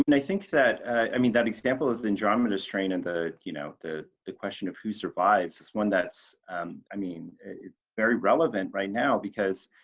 and i think that i mean that example of the andromeda strain and the you know the the question of who survives this one? that's i mean, it's very relevant right now because,